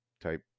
type